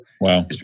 Wow